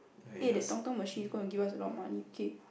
eh that machine is gonna give us a lot of money okay